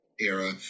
era